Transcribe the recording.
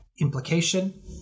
implication